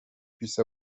puisse